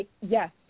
yes